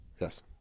yes